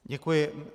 Děkuji.